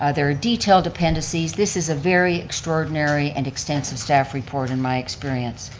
ah there are detailed appendices, this is a very extraordinary and extensive staff report, in my experience.